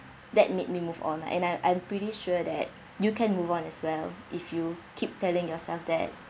that made me move on and I I'm pretty sure that you can move on as well if you keep telling yourself that